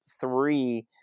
three